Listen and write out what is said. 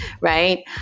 Right